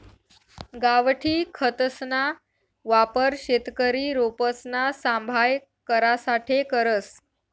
गावठी खतसना वापर शेतकरी रोपसना सांभाय करासाठे करस